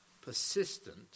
persistent